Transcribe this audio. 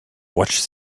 watch